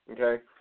Okay